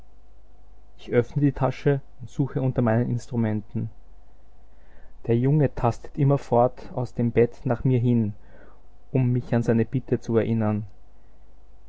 ich öffne die tasche und suche unter meinen instrumenten der junge tastet immerfort aus dem bett nach mir hin um mich an seine bitte zu erinnern